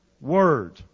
word